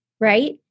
right